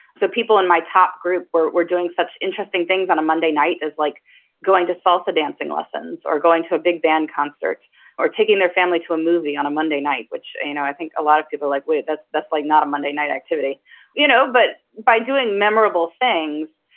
so people in my top group where we're doing such things on a monday night, it's like going to salsa dancing lessons or going to a big band concert or taking their family to a movie on a monday night, which you know i think a lot of people are like wait, that's that's like not a monday night activity you know but by doing memorable things,